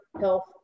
Health